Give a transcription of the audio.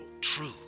true